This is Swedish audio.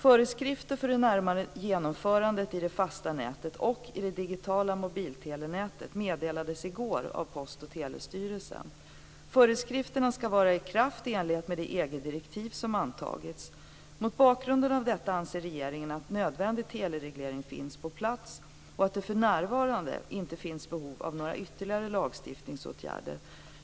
Föreskrifter för det närmare genomförandet i det fasta nätet och i det digitala mobiltelenätet meddelades i går av Post och telestyrelsen. Föreskrifterna skall vara i kraft i enlighet med det EG-direktiv som antagits. Mot bakgrund av detta anser regeringen att nödvändig telereglering finns på plats och att det för närvarande inte finns något behov av ytterligare lagstiftningsåtgärder.